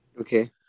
Okay